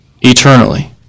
eternally